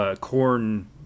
corn